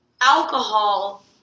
Alcohol